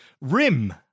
rim